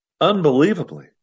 Unbelievably